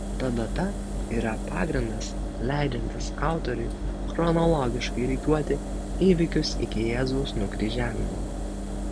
ta data yra pagrindas leidžiantis autoriui chronologiškai rikiuoti įvykius iki jėzaus nukryžiavimo